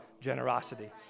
generosity